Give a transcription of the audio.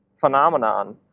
phenomenon